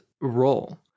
role